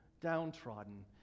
downtrodden